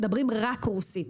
מדברים רק רוסית,